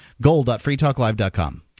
Gold.freetalklive.com